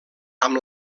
amb